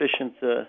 efficient